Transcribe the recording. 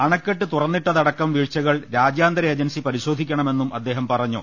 അണ ക്കെട്ട് തുറന്നിട്ടതടക്കം വീഴ്ചകൾ രാജ്യാന്തര ഏജൻസി പരിശോധിക്ക ണമെന്നും അദ്ദേഹം പറഞ്ഞു